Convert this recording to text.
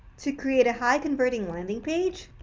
to create a high-converting landing page.